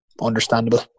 understandable